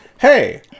hey